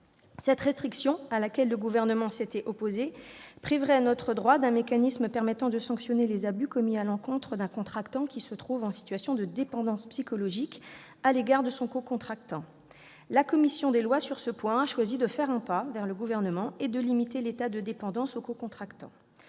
Cette restriction, à laquelle le Gouvernement s'était opposé, priverait notre droit d'un mécanisme permettant de sanctionner les abus commis à l'encontre d'un cocontractant qui se trouve en situation de dépendance psychologique à l'égard d'un autre cocontractant. Sur ce point, la commission des lois a choisi de faire un pas vers le Gouvernement et de limiter l'état de dépendance au cocontractant.